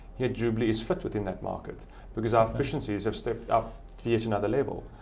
yet jubilee is fit within that market because our efficiencies have stepped up to yet another level.